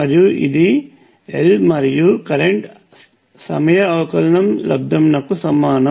మరియు ఇది L మరియు కరెంట్ సమయ అవకలనం లబ్దమునకు సమానం